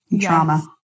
trauma